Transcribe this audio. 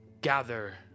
gather